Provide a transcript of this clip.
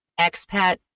expat